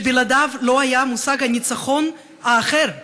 שבלעדיו לא היה מושג הניצחון האחר,